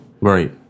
right